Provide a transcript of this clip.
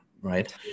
right